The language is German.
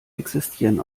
existieren